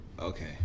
Okay